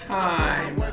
time